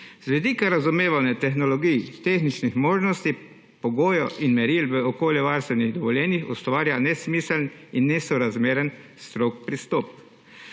Z vidika razumevanja tehnologij, tehničnih možnosti, pogojev in meril v okoljevarstvenih dovoljenih ustvarja nesmiseln in nesorazmeren strog pristop.